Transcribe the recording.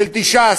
בריבית של 9%,